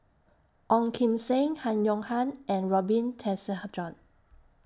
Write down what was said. Ong Kim Seng Han Yong Hong and Robin Tessensohn